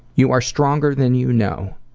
you are stronger than you know.